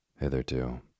Hitherto